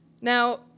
Now